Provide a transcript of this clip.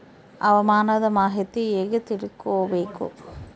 ಹವಾಮಾನದ ಮಾಹಿತಿ ಹೇಗೆ ತಿಳಕೊಬೇಕು?